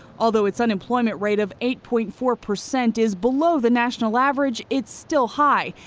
although its unemployment rate of eight point four percent is below the national average, it's still high.